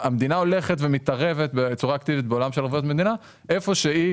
המדינה הולכת ומתערבת בצורה אקטיבית בעולם של ערבויות מדינה איפה שהיא